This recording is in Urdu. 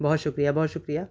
بہت شکریہ بہت شکریہ